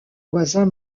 voisins